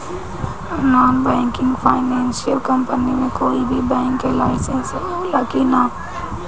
Non banking financial company मे कोई भी बैंक के लाइसेन्स हो ला कि ना?